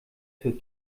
für